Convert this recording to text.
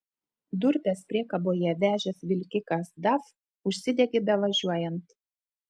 durpes priekaboje vežęs vilkikas daf užsidegė bevažiuojant